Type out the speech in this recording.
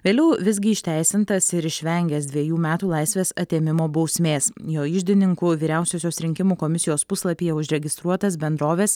vėliau visgi išteisintas ir išvengęs dvejų metų laisvės atėmimo bausmės jo iždininku vyriausiosios rinkimų komisijos puslapyje užregistruotas bendrovės